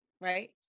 right